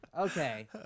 Okay